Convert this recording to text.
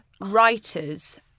writers